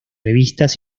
revistas